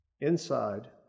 inside